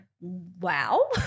wow